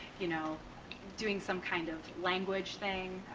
you know doing some kind of language thing.